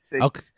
Okay